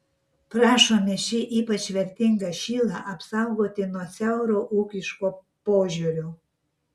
prašome šį ypač vertingą šilą apsaugoti nuo siauro ūkiško požiūrio